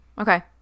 Okay